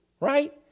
right